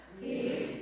peace